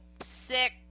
sick